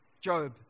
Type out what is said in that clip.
Job